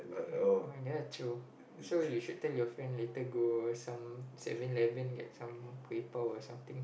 uh that one true so you should tell your friend later go some Seven Eleven get some paper or something